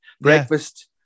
breakfast